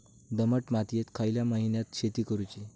दमट मातयेत खयल्या महिन्यात शेती करुची?